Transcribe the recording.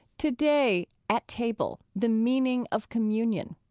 today, at table the meaning of communion.